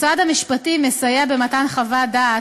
משרד המשפטים מסייע במתן חוות דעת,